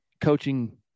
coaching